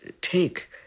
take